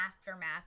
aftermath